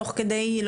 תוך כדי,